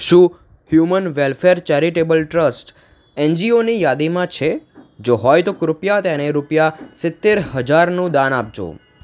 શું human welfare charitable trust એનજીઓની યાદીમાં છે જો હોય તો કૃપયા તેને રૂપિયા સિત્તેર હજારનું દાન આપજો